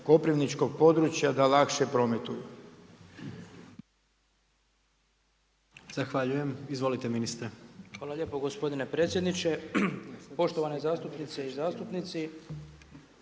koprivničkog područja da lakše prometuju?